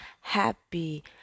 happy